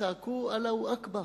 צעקו "אללה אכבר",